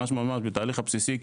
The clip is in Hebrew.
ממש מהתהליך הבסיסי,